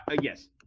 yes